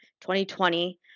2020